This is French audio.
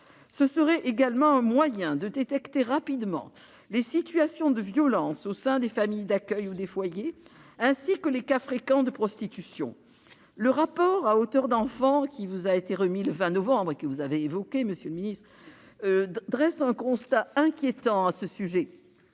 Ce serait également un moyen de détecter rapidement les situations de violence au sein des familles d'accueil ou des foyers, ainsi que les cas fréquents de prostitution. En effet, le rapport, qui vous a été remis le 20 novembre dernier, monsieur le secrétaire d'État, dresse un constat inquiétant à ce sujet.